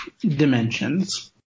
dimensions